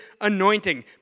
anointing